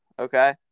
Okay